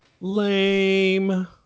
Lame